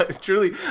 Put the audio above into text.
truly